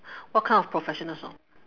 what kind of professional sport